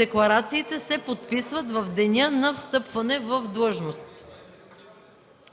декларациите се подписват в деня на встъпване в длъжност.